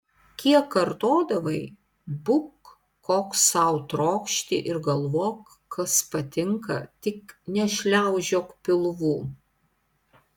kiek kartodavai būk koks sau trokšti ir galvok kas patinka tik nešliaužiok pilvu